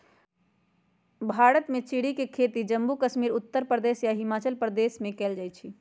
भारत में चेरी के खेती जम्मू कश्मीर उत्तर प्रदेश आ हिमाचल प्रदेश में कएल जाई छई